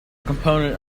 component